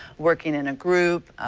working in a group.